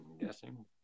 guessing